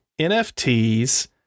NFTs